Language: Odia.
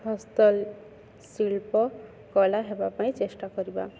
ହସ୍ତଶିଳ୍ପ କରାହେବା ପାଇଁ ଚେଷ୍ଟା କରିବା